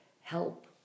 help